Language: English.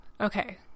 Okay